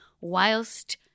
whilst